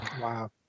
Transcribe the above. Wow